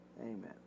Amen